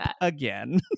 again